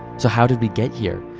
so, how did we get here?